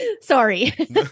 Sorry